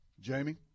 Jamie